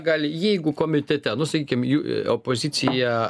gali jeigu komitete nu sakykim jų opozicija